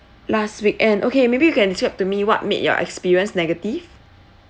last weekend okay maybe you can describe to me what made your experience negative